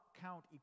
count